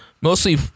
mostly